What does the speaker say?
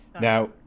Now